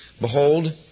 Behold